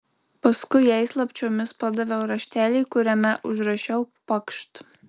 paskui jai slapčiomis padaviau raštelį kuriame užrašiau pakšt